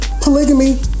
Polygamy